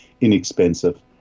inexpensive